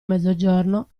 mezzogiorno